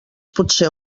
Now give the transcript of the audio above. potser